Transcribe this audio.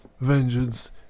Vengeance